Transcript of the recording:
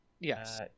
Yes